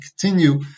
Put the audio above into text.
continue